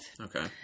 Okay